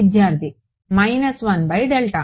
విద్యార్థి minus 1 by delta